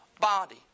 body